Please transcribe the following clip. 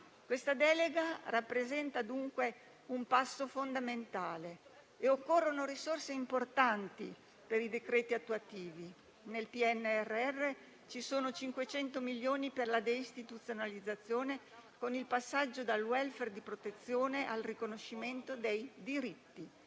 La delega rappresenta, dunque, un passo fondamentale e occorrono risorse importanti per i decreti attuativi. Nel PNRR sono previsti 500 milioni per la deistituzionalizzazione, con il passaggio dal *welfare* di protezione al riconoscimento dei diritti.